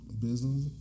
business